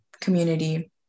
community